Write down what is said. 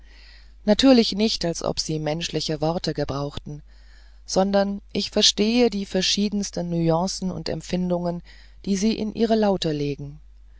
natürlich nicht als ob sie menschliche worte gebrauchten sondern ich verstehe die verschiedensten nuancen und empfindungen die sie in ihre laute legen